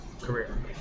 career